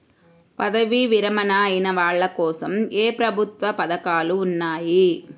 పదవీ విరమణ అయిన వాళ్లకోసం ఏ ప్రభుత్వ పథకాలు ఉన్నాయి?